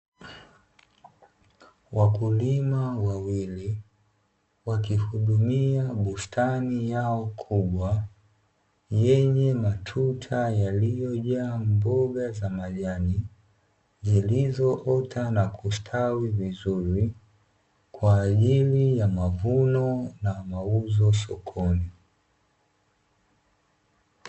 Wakulima wawili wakihudumia bustani yao kubwa yenye matuta yaliyojaa mboga za majani zilizoota na kustawi vizuri kwa ajili ya mavuno na mauzo sokoni.